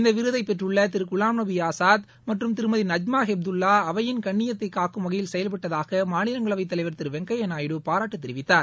இந்த விருதை பெற்றுள்ள திரு குலாம் நபி ஆஸாத் மற்றும் திருமதி நஜ்மா ஹெப்துல்லா அவையின் கண்ணியத்தை காக்கும் வகையில் செயல்பட்டதாக மாநிலங்களவைத் தலைவர் திரு வெங்கையா நாயுடு பாராட்டு தெரிவித்தார்